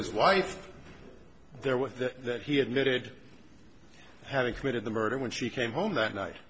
his wife there with that he admitted having committed the murder when she came home that night